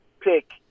pick